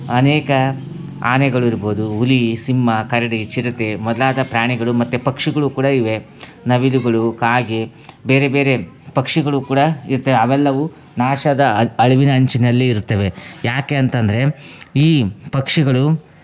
ಅನೇಕ ಆನೆಗಳು ಇರ್ಬೋದು ಹುಲಿ ಸಿಂಹ ಕರಡಿ ಚಿರತೆ ಮೊದಲಾದ ಪ್ರಾಣಿಗಳು ಮತ್ತು ಪಕ್ಷಿಗಳು ಕೂಡ ಇವೆ ನವಿಲುಗಳು ಕಾಗೆ ಬೇರೆ ಬೇರೆ ಪಕ್ಷಿಗಳು ಕೂಡ ಇರುತ್ತೆ ಅವೆಲ್ಲವು ನಾಶದ ಅಳಿವಿನಂಚಿನಲ್ಲಿ ಇರ್ತವೆ ಯಾಕೆ ಅಂತಂದರೆ ಈ ಪಕ್ಷಿಗಳು